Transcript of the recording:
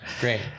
great